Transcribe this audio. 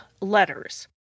letters